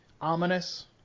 ominous